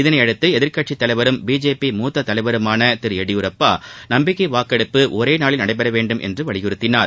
இதனையடுத்து எதிர்க்கட்சித் தலைவரும் பிஜேபி மூத்த தலைவருமான திரு எடியூரப்பா நம்பிக்கை வாக்கெடுப்பு ஒரேநாளில் நடைபெற வேண்டும் என்று வலியுறுத்தினார்